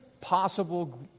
possible